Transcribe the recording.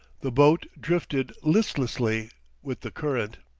the boat drifted listlessly with the current.